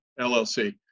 LLC